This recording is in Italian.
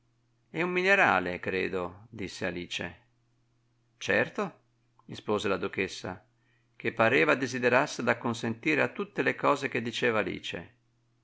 è un minerale credo disse alice certo rispose la duchessa che pareva desiderasse d'acconsentire a tutte le cose che diceva alice